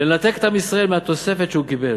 לנתק את עם ישראל מהתוספת שהוא קיבל.